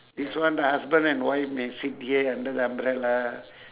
this one the husband and wife may sit here under the umbrella